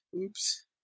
Oops